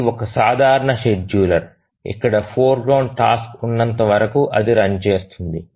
ఇది ఒక సాధారణ షెడ్యూలర్ ఇక్కడ ఫోర్గ్రౌండ్ టాస్క్ ఉన్నంత వరకు అది రన్ చేస్తోంది